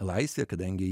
laisvė kadangi